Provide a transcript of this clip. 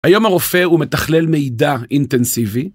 היום הרופא הוא מתכלל מידע אינטנסיבי.